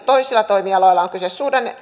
toisilla toimialoilla kyse